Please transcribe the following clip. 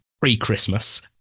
pre-Christmas